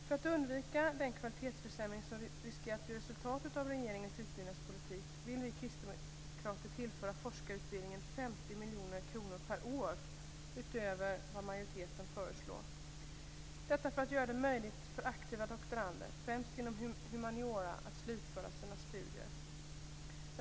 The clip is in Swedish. För att undvika den kvalitetsförsämring som riskerar att bli resultatet av regeringens utbyggnadspolitik vill vi kristdemokrater tillföra forskarutbildningen 50 miljoner kronor per år utöver vad majoriteten föreslår - detta för att göra det möjligt för aktiva doktorander, främst inom humaniora, att slutföra sina studier.